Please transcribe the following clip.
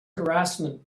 harassment